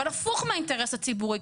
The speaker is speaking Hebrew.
אבל הפוך מהאינטרס הציבורי,